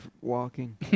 walking